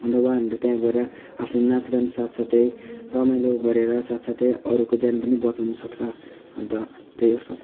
अन्त उहाँहरू अन्त त्यहाँ गएर आफ्नो नाचगान साथसाथै रमाइलो गरेर साथसाथै अरूको ज्यान पनि बचाउनु सक्छ अन्त त्यही यो सब